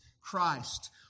Christ